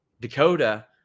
Dakota